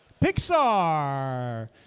Pixar